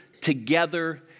together